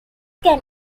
can